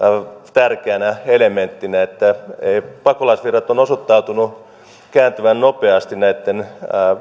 tärkeänä elementtinä pakolaisvirrat ovat osoittautuneet kääntyvän nopeasti näitten